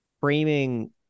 framing